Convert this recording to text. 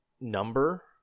number